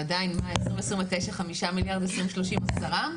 ועדיין 2029, - 5 מיליארד, 2030, - 10?